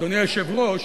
אדוני היושב-ראש,